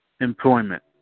employment